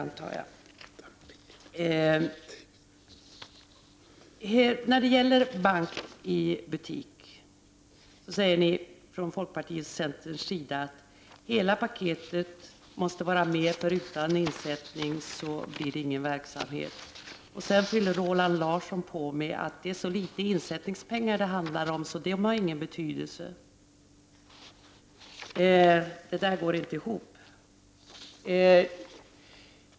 När det gäller bank i butik säger ni från folkpartiet och centern att hela ”paketet” måste tillhandahållas, för utan insättningar blir det ingen verksamhet. Roland Larsson fyller på med att det handlar om så litet insättningspengar att det inte har någon betydelse. Detta går inte ihop.